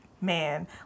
man